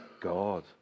God